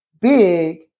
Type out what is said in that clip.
big